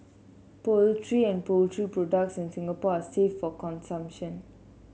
poultry and poultry products in Singapore are safe for consumption